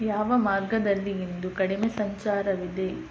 ಯಾವ ಮಾರ್ಗದಲ್ಲಿ ಇಂದು ಕಡಿಮೆ ಸಂಚಾರವಿದೆ